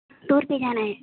tour پہ جانا ہے